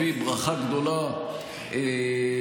הביא ברכה גדולה גם,